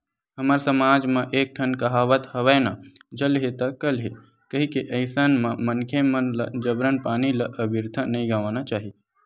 हमर समाज म एक ठन कहावत हवय ना जल हे ता कल हे कहिके अइसन म मनखे मन ल जबरन पानी ल अबिरथा नइ गवाना चाही